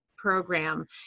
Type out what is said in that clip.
program